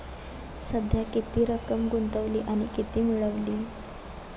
सध्या किती रक्कम गुंतवली आणि किती मिळाली